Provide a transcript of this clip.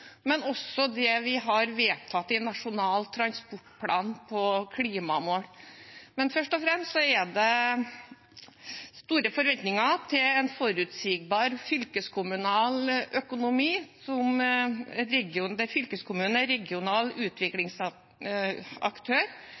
men også det vi har vedtatt av klimamål i Nasjonal transportplan. Men først og fremst er det store forventninger til en forutsigbar fylkeskommunal økonomi der fylkeskommunen er regional utviklingsaktør,